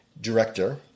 director